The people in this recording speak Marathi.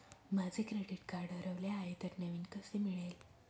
माझे क्रेडिट कार्ड हरवले आहे तर नवीन कसे मिळेल?